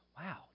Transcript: Wow